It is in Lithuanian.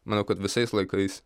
manau kad visais laikais